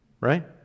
right